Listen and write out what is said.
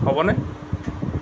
হ'ব নে